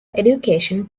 education